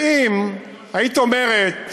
ואם היית אומרת: